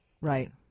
Right